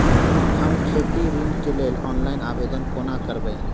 हम खेती ऋण केँ लेल ऑनलाइन आवेदन कोना करबै?